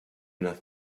enough